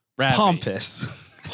Pompous